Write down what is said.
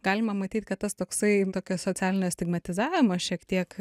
galima matyt kad tas toksai tokio socialinio stigmatizavimo šiek tiek